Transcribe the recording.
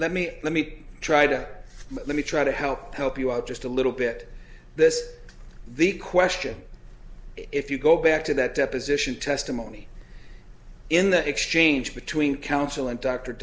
let me let me try to let me try to help help you out just a little bit this the question if you go back to that deposition testimony in the exchange between counsel and dr